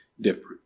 different